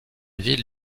ville